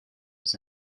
was